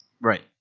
Right